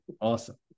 Awesome